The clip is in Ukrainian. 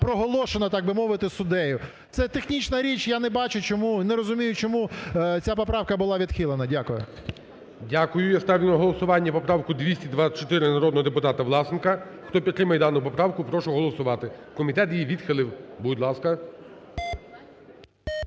проголошена, так би мовити, суддею. Це технічна річ, я не бачу, чому, і не розумію, чому ця поправка була відхилена. Дякую. ГОЛОВУЮЧИЙ. Я ставлю на голосування поправку 224 народного депутата Власенка. Хто підтримує дану поправку, прошу голосувати. Комітет її відхилив. Будь ласка.